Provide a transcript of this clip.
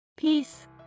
Peace